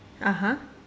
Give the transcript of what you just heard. (uh huh)